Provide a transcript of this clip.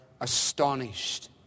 astonished